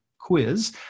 quiz